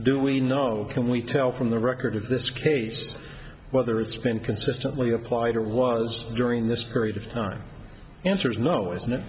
do we know can we tell from the record of this case whether it's been consistently applied it was during this period of time answers no i